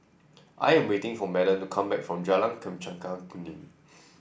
I am waiting for Madden to come back from Jalan Chempaka Kuning